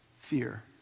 fear